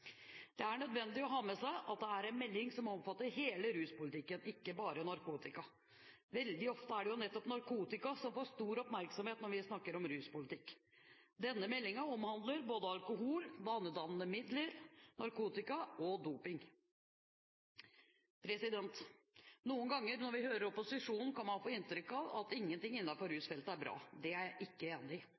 Det er nødvendig å ha med seg at det er en melding som omfatter hele ruspolitikken, ikke bare det som gjelder narkotika. Veldig ofte er det nettopp narkotika som får stor oppmerksomhet når vi snakker om ruspolitikk. Denne meldingen omhandler både alkohol, vanedannende legemidler, narkotika og dopingmidler. Noen ganger når vi hører opposisjonen, kan man få inntrykk av at ingenting innenfor rusfeltet er bra. Det er jeg ikke enig i. Vi har selvsagt noen utfordringer, men i